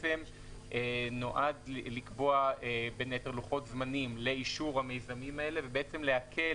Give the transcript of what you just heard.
שנועד לקבוע בין היתר לוחות זמנים לאישור המיזמים האלה ולהקל